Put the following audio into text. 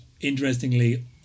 interestingly